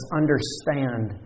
understand